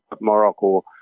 Morocco